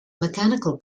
mechanical